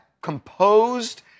composed